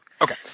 Okay